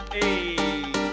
Hey